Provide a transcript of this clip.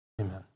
Amen